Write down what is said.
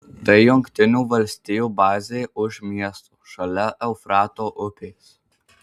tai jungtinių valstijų bazė už miesto šalia eufrato upės